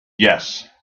yes